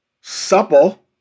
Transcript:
supple